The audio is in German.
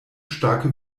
starke